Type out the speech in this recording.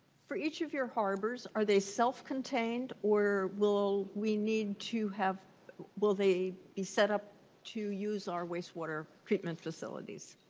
for each of your harbors are they self-contained or will we need to have will debate they be set up to use our wastewater treatment facilities?